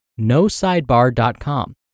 nosidebar.com